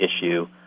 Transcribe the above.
issue